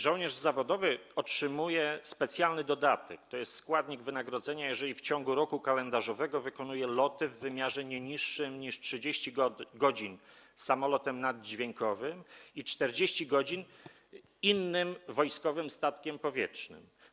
Żołnierz zawodowy otrzymuje specjalny dodatek - to jest składnik wynagrodzenia - jeżeli w ciągu roku kalendarzowego wykonuje loty w wymiarze nie niższym niż 30 godzin samolotem naddźwiękowym i 40 godzin innym wojskowym statkiem powietrznym.